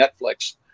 Netflix